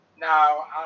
Now